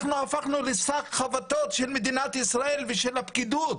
אנחנו הפכנו לשק חבטות של מדינת ישראל ושל הפקידות,